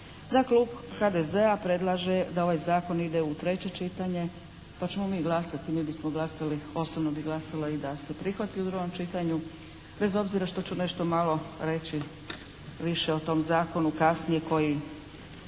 da klub HDZ-a predlaže da ovaj zakon ide u treće čitanje pa ćemo mi glasati, mi bismo glasali, osobno bih glasala i da se prihvati u drugom čitanju bez obzira što ću nešto malo reći više o tom zakonu kasnije koji,